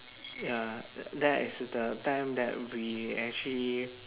ya that is the time that we actually